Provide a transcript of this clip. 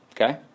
okay